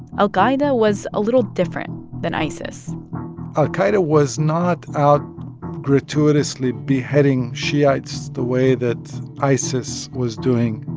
al-qaida was a little different than isis al-qaida was not out gratuitously beheading shiites the way that isis was doing.